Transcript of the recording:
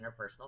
interpersonal